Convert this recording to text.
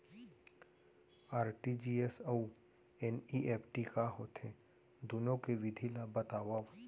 RTGS अऊ NEFT का होथे, दुनो के विधि ला बतावव